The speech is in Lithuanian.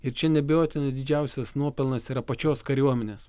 ir čia neabejotinai didžiausias nuopelnas yra pačios kariuomenės